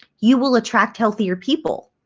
you will attract healthier people